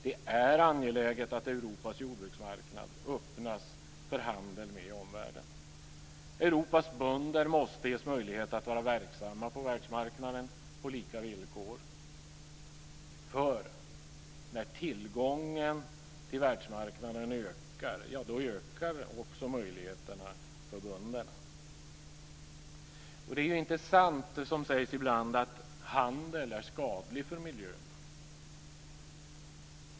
Det är angeläget att Europas jordbruksmarknad öppnas för handel med omvärlden. Europas bönder måste ges möjlighet att vara verksamma på världsmarknaden på lika villkor. När tillgången till världsmarknaden ökar så ökar också möjligheterna för bönderna. Det är inte sant, som sägs ibland, att handel är skadlig för miljön.